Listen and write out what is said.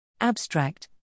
Abstract